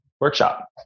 Workshop